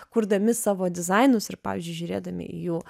kurdami savo dizainus ir pavyzdžiui žiūrėdami į jų